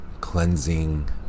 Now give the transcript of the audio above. cleansing